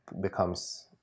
becomes